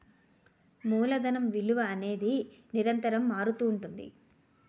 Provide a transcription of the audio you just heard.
మూలధనం విలువ అనేది నిరంతరం మారుతుంటుంది